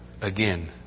again